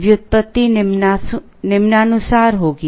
व्युत्पत्ति निम्नानुसार होगी